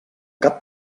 cap